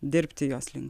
dirbti jos link